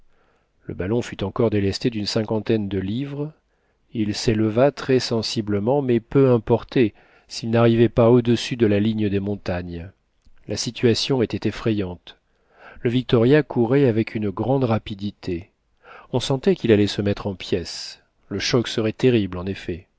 le ballon fut encore délesté dune cinquantaine de livres il s'éleva très sensiblement mais peu importait